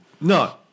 No